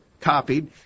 copied